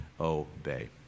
obey